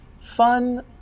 fun